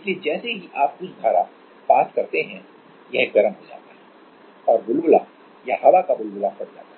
इसलिए जैसे ही आप कुछ धारा पास करते हैं यह गर्म हो जाता है और बुलबुला या हवा का बुलबुला फट जाता